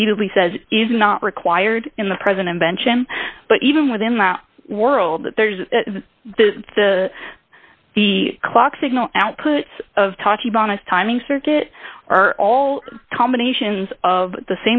repeatedly says is not required in the present invention but even within the world that there's the the clock signal outputs of touchy bonus timing circuit are all combinations of the